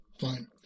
Fine